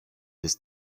this